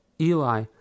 Eli